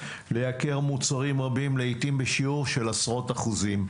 לייקר מוצרים רבים לעיתים בשיעור של עשרות אחוזים.